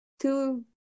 two